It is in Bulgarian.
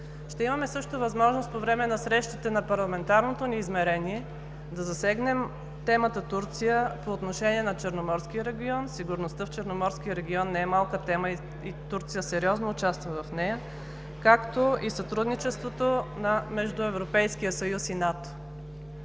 Ще имаме също възможност по време на срещите на парламентарното ни измерение да засегнем темата Турция по отношение на Черноморския регион. Сигурността в Черноморския регион не е малка тема и Турция сериозно участва в нея, както и сътрудничеството между Европейския съюз и НАТО.